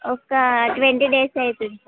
ఒక twenty days అవుతుంది sir